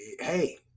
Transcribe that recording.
hey